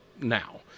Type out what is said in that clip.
now